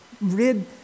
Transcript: rid